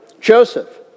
Joseph